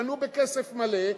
קנו בכסף מלא,